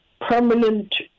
Permanent